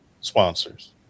sponsors